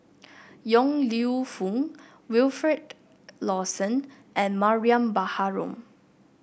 Yong Lew Foong Wilfed Lawson and Mariam Baharom